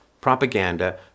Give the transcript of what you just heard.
propaganda